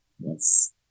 Yes